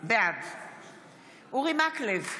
בעד אורי מקלב,